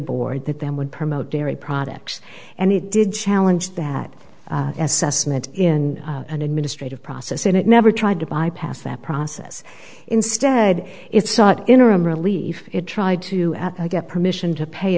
board that them would promote dairy products and he did challenge that assessment in an administrative process and it never tried to bypass that process instead it sought interim relief it tried to get permission to pay